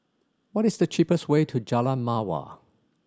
what is the cheapest way to Jalan Mawar